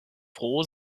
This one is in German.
froh